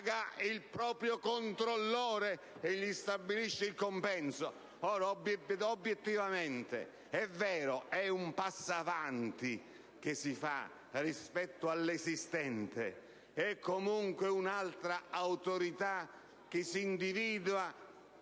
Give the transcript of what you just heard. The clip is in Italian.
paga il proprio controllore e gli stabilisce il compenso! Obiettivamente, è vero, è un passo avanti rispetto all'esistente: è comunque un'altra autorità che si individua,